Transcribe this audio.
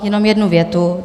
Jenom jednu větu.